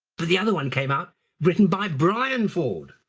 but the other one came out written by brian ford.